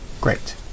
Great